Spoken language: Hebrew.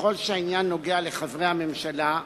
ככל שהעניין נוגע לחברי הממשלה,